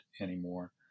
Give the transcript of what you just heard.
anymore